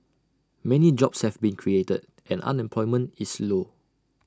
many jobs have been created and unemployment is low